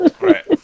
Right